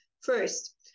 First